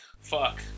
fuck